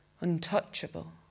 untouchable